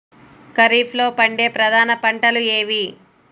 ఖరీఫ్లో పండే ప్రధాన పంటలు ఏవి?